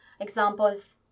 examples